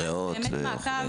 ריאות וכו'.